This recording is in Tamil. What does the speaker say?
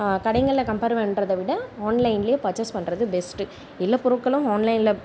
கடைகளில் கம்ப்பேர் பண்றதை விட ஆன்லைன்லயே பர்சேஸ் பண்ணுறது பெஸ்ட் எல்லா பொருட்களும் ஆன்லைனில்